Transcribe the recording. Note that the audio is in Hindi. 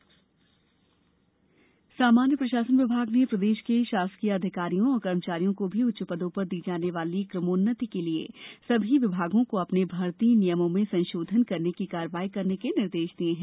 क्रमोन्नति सामान्य प्रशासन विभाग ने प्रदेश के शासकीय अधिकारियों और कर्मचारियों को भी उच्च पदों पर दी जाने वाली क्रमोन्नति के लिये सभी विभागों को अपने भर्ती नियमों में संशोधन करने की कार्यवाही करने के निर्देश दिये हैं